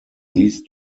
these